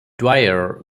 dwyer